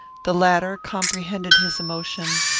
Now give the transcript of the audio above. the latter comprehended his emotion,